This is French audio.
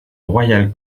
royal